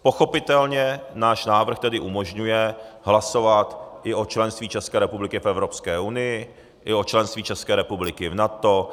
Pochopitelně náš návrh tedy umožňuje hlasovat i o členství České republiky v Evropské unii i o členství České republiky v NATO.